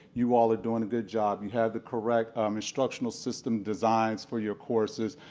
you all are doing a good job. you have the correct um instructional system designs for your courses,